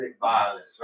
violence